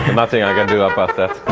and nothing i can do about that!